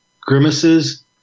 Grimace's